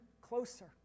closer